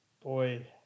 Boy